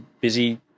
busy